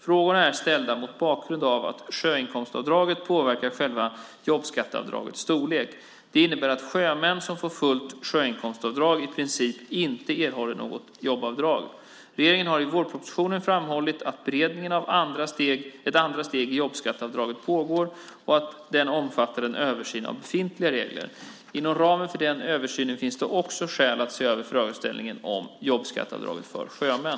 Frågorna är ställda mot bakgrund av att sjöinkomstavdraget påverkar själva jobbskatteavdragets storlek. Det innebär att sjömän som får fullt sjöinkomstavdrag i princip inte erhåller något jobbavdrag. Regeringen har i vårpropositionen framhållit att beredningen av ett andra steg i jobbskatteavdraget pågår och att det omfattar en översyn av befintliga regler. Inom ramen för denna översyn finns det också skäl att se över frågeställningen om jobbskatteavdraget för sjömän.